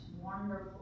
wonderful